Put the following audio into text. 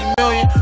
million